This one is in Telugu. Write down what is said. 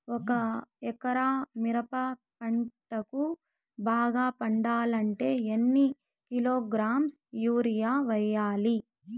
ఒక ఎకరా మిరప పంటకు బాగా పండాలంటే ఎన్ని కిలోగ్రామ్స్ యూరియ వెయ్యాలి?